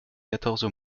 quatorze